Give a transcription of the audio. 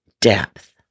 depth